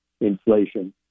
inflation